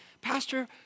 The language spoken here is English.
Pastor